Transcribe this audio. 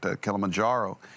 Kilimanjaro